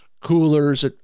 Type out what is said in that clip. coolers